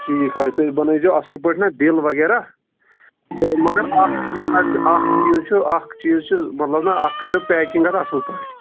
ٹھیٖک حظ تُہۍ بَنٲے زِیٚو اَصٕل پٲٹھۍ نا بِل وَغیٚرَہ تہٕ مگر اَکھ چیٖز حَظ چھُ اَکھ چیٖز چھُ اَکھ چیٖز چھُ مَطلَب نا اَکھ کٔرۍزیٚو پیکِنٛگ اَتھ اَصٕل پٲٹھۍ